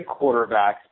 quarterbacks